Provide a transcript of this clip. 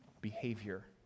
behavior